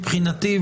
מבחינתי,